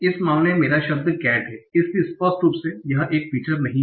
इस मामले में मेरा शब्द केट है इसलिए स्पष्ट रूप से यह एक फीचर नहीं है